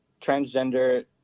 transgender